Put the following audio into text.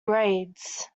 grades